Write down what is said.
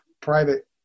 private